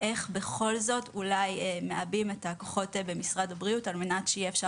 איך בכל זאת אולי מעבים את הכוחות במשרד הבריאות על מנת שאפשר